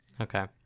Okay